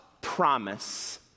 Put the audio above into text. promise